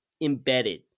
Embedded